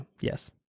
Yes